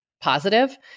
positive